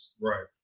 Right